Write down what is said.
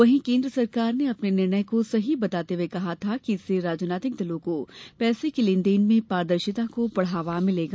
वहीं केन्द्र सरकार ने अपने निर्णय को सही बताते हुए कहा था कि इससे राजनीतिक दलों को पैसे के लेनदेन में पारदर्शिता को बढ़ावा मिलेगा